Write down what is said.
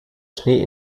schnee